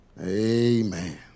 Amen